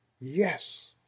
yes